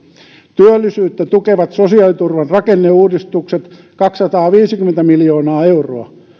työllisyyttä tukevat sosiaaliturvan rakenneuudistukset kaksisataaviisikymmentä miljoonaa euroa